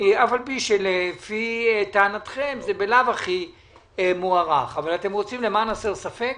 אף על פי שלפי טענתכם זה ממילא מוארך אבל אתם רוצים למען הסר ספק